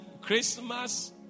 christmas